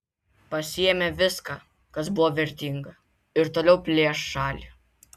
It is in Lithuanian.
pasiėmė viską kas buvo vertinga ir toliau plėš šalį